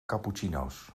cappuccino’s